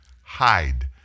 hide